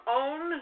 own